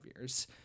years